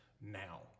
now